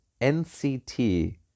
NCT